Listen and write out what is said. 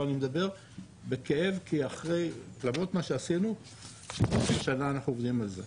ואני מדבר בכאב כי למרות מה שעשינו חצי שנה אנחנו עובדים על זה.